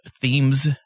themes